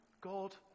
God